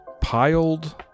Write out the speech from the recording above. piled